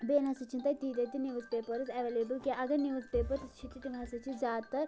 بیٚیہِ نَہ سا چھِنہٕ تتہِ تیٖتیٛاہ تہِ نِوٕز پیپرٕز ایٚوَلیبٕل کیٚنٛہہ اگر نِوٕز پیپرٕز چھِ تہِ تِم ہسا چھِ زیادٕ تر